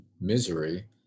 misery